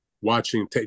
watching